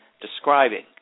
describing